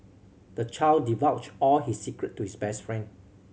the child divulged all his secret to his best friend